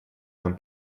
нам